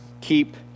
Keep